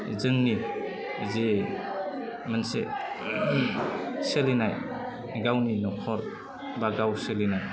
जोंनि जि मोनसे सोलिनाय गावनि नख'र बा गाव सोलिनाय